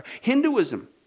hinduism